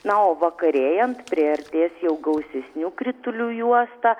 na o vakarėjant priartės jau gausesnių kritulių juosta